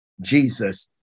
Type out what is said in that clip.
Jesus